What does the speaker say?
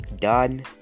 done